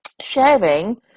sharing